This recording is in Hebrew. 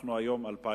אנחנו היום ב-2009,